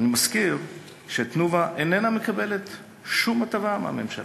אני מזכיר ש"תנובה" איננה מקבלת שום הטבה מהממשלה.